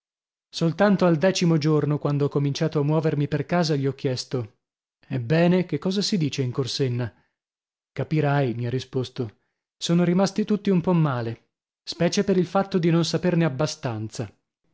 soltanto al decimo giorno quando ho cominciato a muovermi per casa gli ho chiesto ebbene che cosa si dice in corsenna capirai mi ha risposto sono rimasti tutti un po male specie per il fatto di non saperne abbastanza